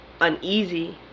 uneasy